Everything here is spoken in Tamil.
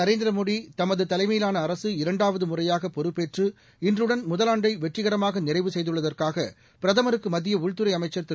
நரேந்திரமோடி தலைமையிலான அரசு இரண்டாவது முறையாக பொறுப்பேற்று இன்றுடன் முதவாண்டை வெற்றிகரமாக நிறைவு செய்துள்ளதற்காக பிரதமருக்கு மத்திய உள்துறை அமைச்சர் திரு